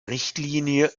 richtlinie